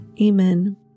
Amen